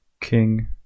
King